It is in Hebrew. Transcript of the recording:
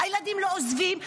הילדים לא עוזבים.